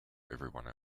everyone